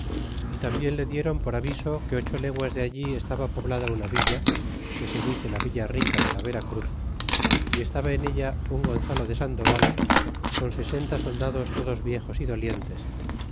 y tambien le dieron por aviso que ocho leguas de allí estaba poblada una villa que se dice la villa rica de la vera cruz y estaba en ella un gonzalo de sandoval con sesenta soldados todos viejos y dolientes